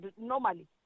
normally